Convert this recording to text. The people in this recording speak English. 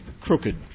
crooked